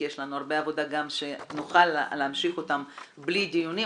כי יש לנו הרבה עבודה שנוכל להמשיך אותה בלי דיונים,